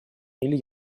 или